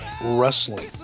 wrestling